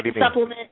supplement